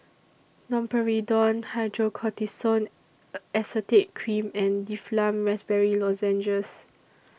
Domperidone Hydrocortisone Acetate Cream and Difflam Raspberry Lozenges